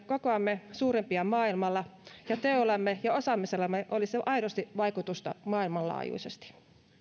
kokoamme suurempia maailmalla ja teoillamme ja osaamisellamme olisi aidosti vaikutusta maailmanlaajuisesti